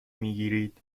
میگیرید